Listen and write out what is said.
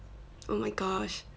oh my gosh